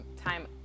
time